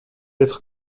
être